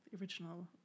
Original